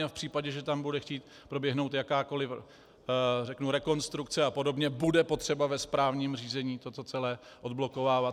A v případě, že tam bude chtít proběhnout jakákoliv, řeknu, rekonstrukce, bude potřeba ve správním řízení toto celé odblokovávat.